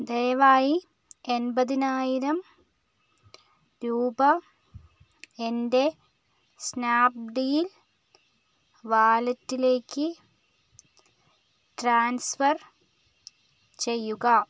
ദയവായി എൺപതിനായിരം രൂപ എൻ്റെ സ്നാപ്ഡീൽ വാലറ്റിലേക്ക് ട്രാൻസ്ഫർ ചെയ്യുക